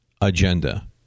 agenda